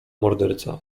morderca